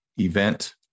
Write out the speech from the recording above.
Event